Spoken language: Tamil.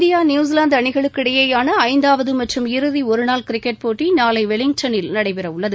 இந்தியா நியுசிவாந்து அணிகளுக்கிடையேயான ஐந்தாவது மற்றும் இறுதி ஒருநாள் கிரிக்கெட் போட்டி நாளை வெலிங்டனில் நடைபெறவுள்ளது